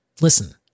Listen